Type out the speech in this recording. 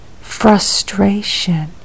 frustration